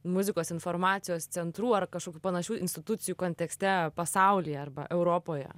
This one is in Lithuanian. muzikos informacijos centrų ar kažkokių panašių institucijų kontekste pasaulyje arba europoje